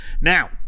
Now